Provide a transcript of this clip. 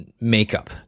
makeup